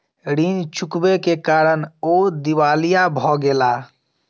ऋण चुकबै के कारण ओ दिवालिया भ गेला